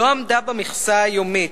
שלא עמדה במכסה היומית,